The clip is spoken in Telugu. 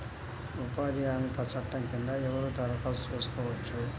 ఉపాధి హామీ చట్టం కింద ఎవరు దరఖాస్తు చేసుకోవచ్చు?